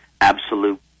absolute